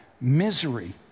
misery